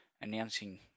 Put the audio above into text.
announcing